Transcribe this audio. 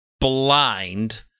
blind